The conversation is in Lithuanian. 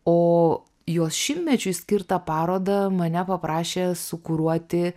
o jos šimtmečiui skirtą parodą mane paprašė sukuruoti